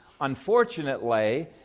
Unfortunately